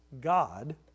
God